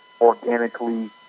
organically